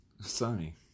sunny